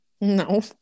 no